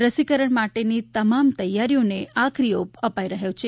રસીકરણ માટેની તમામ તૈયારીઓને આખરી ઓપ અપાઇ રહ્યો છે